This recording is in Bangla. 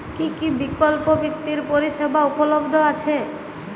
কী কী বিকল্প বিত্তীয় পরিষেবা উপলব্ধ আছে?